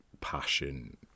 passion